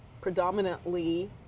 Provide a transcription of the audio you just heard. predominantly